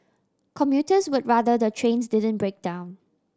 commuters would rather the trains didn't break down